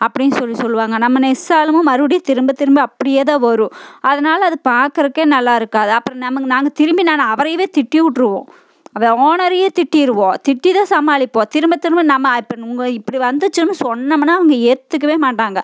அப்படின்னு சொல்லி சொல்வாங்க நம்ம நெஸ்ஸாலும் மறுபடியும் திரும்ப திரும்ப அப்படியே தான் வரும் அதனால் அது பாக்கறதுக்கே நல்லா இருக்காது அப்புறம் நமக்கு நாங்கள் திரும்பி நான் அவரையவே திட்டி விட்ருவோம் அதான் ஓனரையே திட்டிடுவோம் திட்டி தான் சமாளிப்போம் திரும்ப திரும்ப நம்ம இப்போ உங்கள் இப்படி வந்துச்சுன்னு சொன்னோமன்னா அவங்க ஏற்றுக்கவே மாட்டாங்க